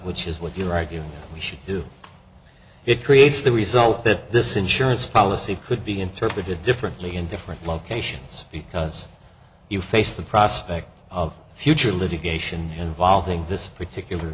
which is what you write you should do it creates the result that this insurance policy could be interpreted differently in different locations because you face the prospect of future litigation involving this particular